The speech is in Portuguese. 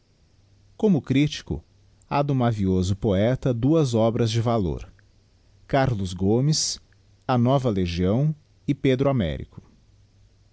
como critico ha do mavioso poeta duas obras de valor carlos gomes a nova legião e pedro américo